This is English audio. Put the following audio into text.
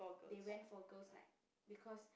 they went for girls night because